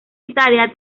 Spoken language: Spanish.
italia